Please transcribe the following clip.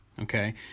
Okay